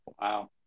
Wow